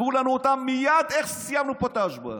סגרו לנו אותם מייד איך שסיימנו פה את ההשבעה.